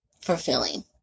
fulfilling